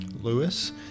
Lewis